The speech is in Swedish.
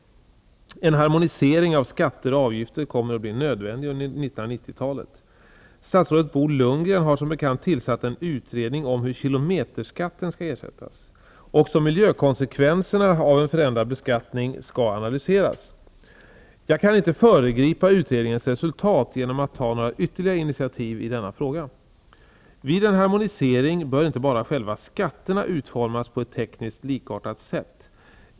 En harmonisering av skatter och avgifter kommer att bli nödvändig under 1990-talet. Statsrådet Bo Lundgren har som bekant tillsatt en utredning om hur kilometerskatten skall ersättas. Också miljökonsekvenserna av en förändrad beskattning skall analyseras. Jag kan inte föregripa utredningens resultat genom att ta några ytterligare initiativ i denna fråga. Vid en harmonisering bör inte bara själva skatterna utformas på ett tekniskt likartat sätt.